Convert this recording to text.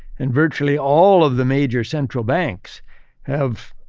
and virtually all of the major central banks have,